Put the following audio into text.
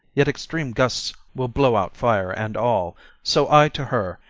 yet extreme gusts will blow out fire and all so i to her,